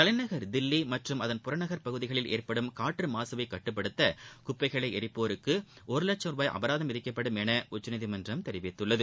தலைநகர் தில்லி மற்றம் அதன் புறநகர் பகுதிகளில் ஏற்படும் காற்று மாகவை கட்டுப்படுத்த குப்பைகளை எரிப்போருக்கு ஒரு லட்சம் ருபாய் அபராதம் விதிக்கப்படும் என உச்சநீதிமன்றம் தெரிவித்துள்ளது